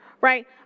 right